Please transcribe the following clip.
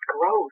growth